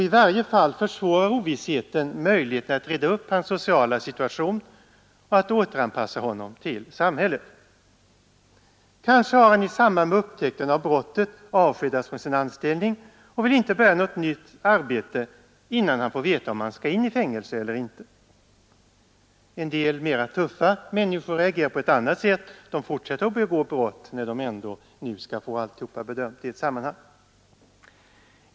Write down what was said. I varje fall försvårar ovissheten möjligheterna att reda upp hans sociala situation och att återanpassa honom till samhället. Kanske har han i samband med upptäckten av brottet avskedats från sin anställning och vill inte börja något nytt arbete innan han får veta om han skall in i fängelse eller inte. En del mera tuffa människor reagerar på ett annat sätt. De fortsätter att begå brott när de ändå skall få alltihop bedömt i ett sammanhang.